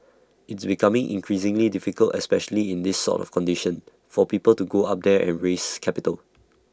it's becoming increasingly difficult especially in these sort of conditions for people to go up there and raise capital